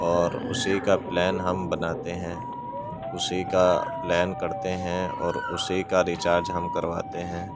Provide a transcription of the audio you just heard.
اور اسی کا پلان ہم بناتے ہیں اسی کا پلان کرتے ہیں اور اسی کا ریچارج ہم کرواتے ہیں